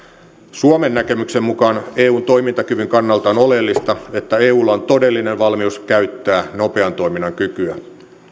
suomen näkemyksen mukaan eun toimintakyvyn kannalta on oleellista että eulla on todellinen valmius käyttää nopean toiminnan kykyä